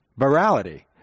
virality